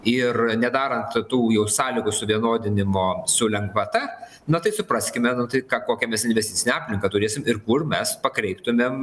ir nedarant tų jau sąlygų suvienodinimo su lengvata na tai supraskime nu tai ką kokią mes investicinę aplinką turėsim ir kur mes pakreiptumėm